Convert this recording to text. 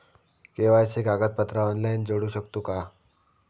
KYC कागदपत्रा online जोडू शकतू का?